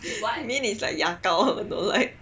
mint is like 牙膏 don't like